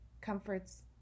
comforts